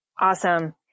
Awesome